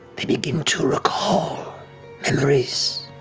they begin to recall memories,